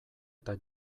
eta